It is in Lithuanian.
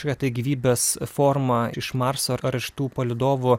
kažkokią tai gyvybės formą iš marso kraštų palydovų